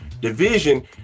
division